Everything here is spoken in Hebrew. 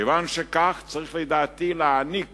כיוון שכך, צריך, לדעתי, להעניק